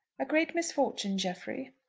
a great misfortune, jeffrey?